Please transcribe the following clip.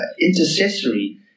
intercessory